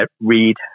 read